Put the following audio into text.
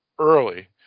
early